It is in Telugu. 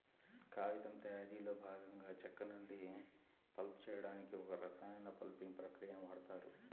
కాగితం తయారీలో భాగంగా చెక్క నుండి పల్ప్ చేయడానికి ఒక రసాయన పల్పింగ్ ప్రక్రియని వాడుతారు